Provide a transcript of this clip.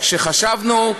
כשחשבנו.